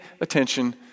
attention